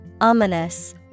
Ominous